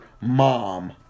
Mom